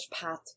path